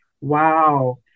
Wow